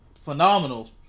phenomenal